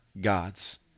God's